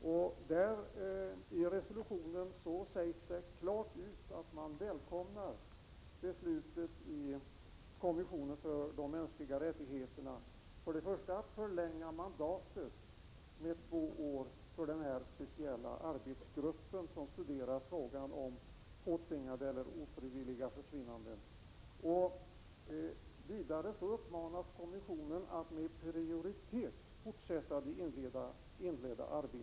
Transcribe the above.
I den resolutionen sägs det klart ut att man välkomnar beslutet i kommissionen för de mänskliga rättigheterna att förlänga mandatet med två år för den speciella arbetsgrupp som studerar frågan om påtvingade eller ofrivilliga försvinnanden. Vidare uppmanas kommissionen att med prioritet fortsätta det inledda arbetet.